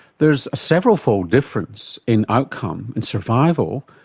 there's a several-fold difference in outcome, in survival,